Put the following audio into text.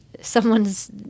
someone's